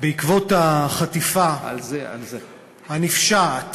בעקבות החטיפה הנפשעת